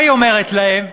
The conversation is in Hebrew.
מה היא אומרת להם?